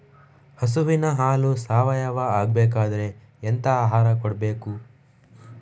ಹಸುವಿನ ಹಾಲು ಸಾವಯಾವ ಆಗ್ಬೇಕಾದ್ರೆ ಎಂತ ಆಹಾರ ಕೊಡಬೇಕು?